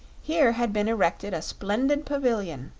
here had been erected a splendid pavilion,